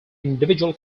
individual